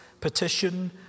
petition